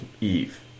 Eve